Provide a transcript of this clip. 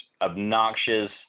obnoxious